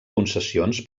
concessions